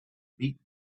beat